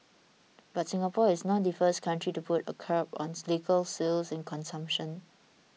but Singapore is not the first country to put a curb on liquor sales and consumption